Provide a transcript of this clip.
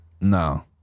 no